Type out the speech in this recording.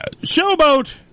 showboat